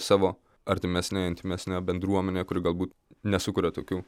savo artimesnėj intymesnėj bendruomenėje kuri galbūt nesukuria tokių